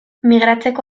migratzeko